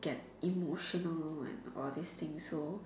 get emotional and all this thing so